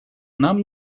нам